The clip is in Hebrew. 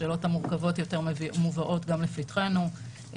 השאלות המורכבות יותר מובאות גם לפתחנו,